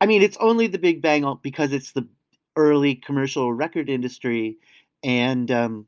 i mean it's only the big bang um because it's the early commercial record industry and um